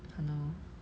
!hannor!